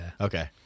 okay